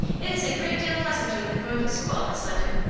it is a great deal pleasanter than going to school, miss linden.